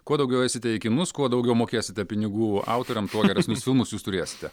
kuo daugiau eisite į kinus kuo daugiau mokėsite pinigų autoriam tuo geresnius filmus jūs turėsite